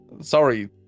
sorry